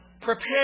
prepare